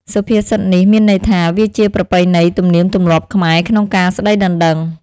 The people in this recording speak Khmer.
សុភាសិតនេះ មានន័យថា វាជាប្រពៃណីទំនៀមទម្លាប់ខ្មែរក្នុងការស្ដីដណ្ដឹង ។